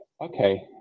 okay